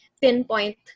pinpoint